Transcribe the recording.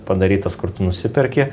padarytas kur tu nusiperki